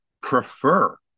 prefer